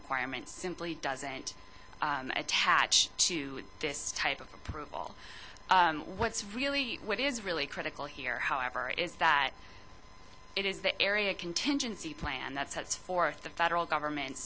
requirement simply doesn't attach to this type of approval what's really what is really critical here however is that it is the area contingency plan that sets forth the federal government